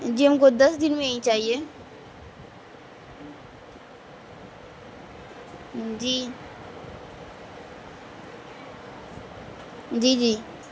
جی ہم کو دس دن میں ہی چاہیے جی جی جی